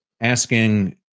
asking